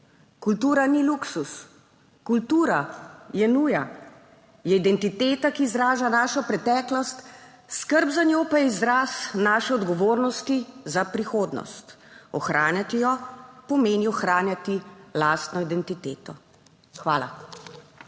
Kultura ni luksuz. Kultura je nuja. Je identiteta, ki izraža našo preteklost, skrb za njo pa je izraz naše odgovornosti za prihodnost. Ohranjati jo pomeni ohranjati lastno identiteto. Hvala.